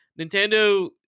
Nintendo